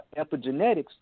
epigenetics